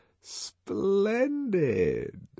Splendid